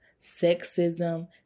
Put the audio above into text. sexism